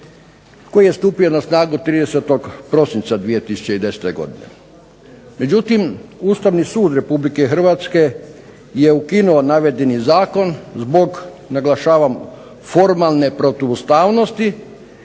koji je stupio na snagu 30. prosinca 2010. godine. Međutim Ustavni sud Republike Hrvatske je ukinuo navedeni zakon zbog, naglašavam, formalne protuustavnosti